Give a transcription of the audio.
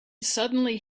suddenly